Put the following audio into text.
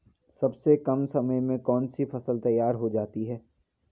सबसे कम समय में कौन सी फसल तैयार हो जाती है?